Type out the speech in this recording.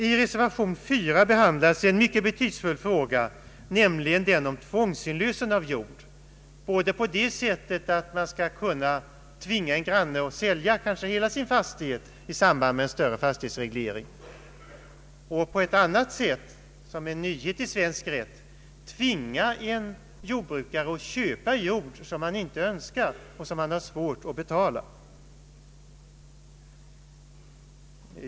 I reservationen IV behandlas en mycket betydelsefull fråga, nämligen den om tvångsinlösen av jord, både på det sättet att man skall kunna tvinga en granne att sälja kanske hela sin fastighet i samband med en större fastighetsreglering och på ett annat sätt som en nyhet i svensk rätt tvinga en jordbrukare att köpa jord som han inte önskar och som han har svårt att betala.